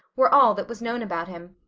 were all that was known about him.